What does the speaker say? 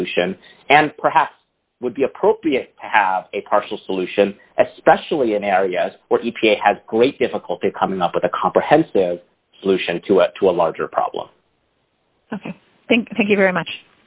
solution and perhaps would be appropriate to have a partial solution especially in areas where d p a has great difficulty coming up with a comprehensive solution to it to a larger problem thank you very